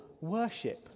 worship